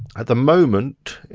at the moment,